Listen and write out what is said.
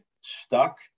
stuck